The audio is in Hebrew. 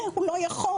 זה הוא לא יכול.